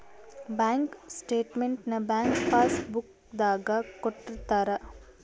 bank statement ನ bank passbook ದಾಗ ಕೊಟ್ಟಿರ್ತಾರ